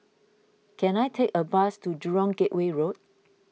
can I take a bus to Jurong Gateway Road